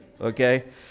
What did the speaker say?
okay